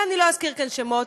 ואני לא אזכיר כאן שמות,